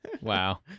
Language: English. Wow